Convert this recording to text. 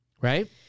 Right